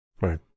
right